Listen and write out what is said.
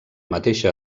mateixa